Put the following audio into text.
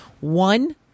One